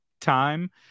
time